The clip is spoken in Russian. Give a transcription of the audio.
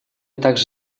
также